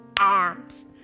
arms